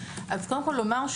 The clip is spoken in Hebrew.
אז קודם כל לומר,